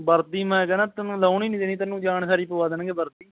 ਵਰਦੀ ਮੈਂ ਕਹਿੰਦਾ ਤੈਨੂੰ ਲਾਹੁਣ ਹੀ ਨਹੀਂ ਦੇਣੀ ਜਾਣ ਸਾਰ ਹੀ ਪਵਾ ਦੇਣਗੇ ਵਰਦੀ